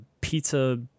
pizza